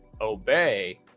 obey